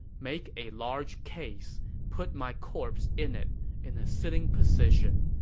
make a large case. put my corpse in it in a sitting position.